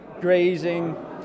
grazing